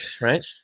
right